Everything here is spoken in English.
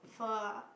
Pho ah